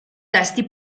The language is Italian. testi